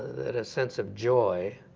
that a sense of joy